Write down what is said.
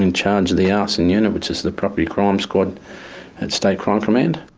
in charge of the arson unit which is the property crime squad at state crime command.